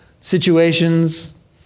situations